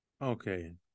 okay